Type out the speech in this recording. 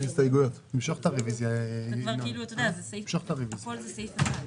הכול זה סעיף אחד.